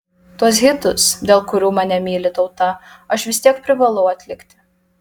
tuos hitus dėl kurių mane myli tauta aš vis tiek privalau atlikti